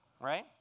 right